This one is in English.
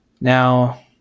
Now